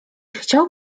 chciał